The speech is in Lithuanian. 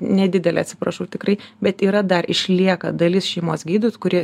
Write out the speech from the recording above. nedidelė atsiprašau tikrai bet yra dar išlieka dalis šeimos gydyt kurie